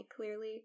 clearly